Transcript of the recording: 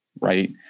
right